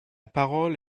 parole